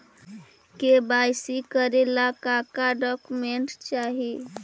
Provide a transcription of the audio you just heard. KYC करे ला का का डॉक्यूमेंट चाही?